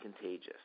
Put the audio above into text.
contagious